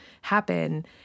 happen